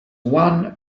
one